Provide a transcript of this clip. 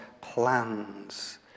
plans